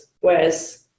Whereas